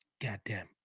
Goddamn